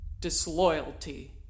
Disloyalty